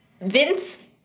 Vince